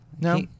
no